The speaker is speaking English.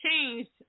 changed